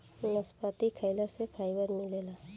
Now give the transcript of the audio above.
नसपति खाइला से फाइबर मिलेला